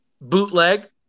bootleg